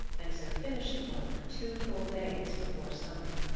and so finish the work two full days before summer.